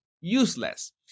useless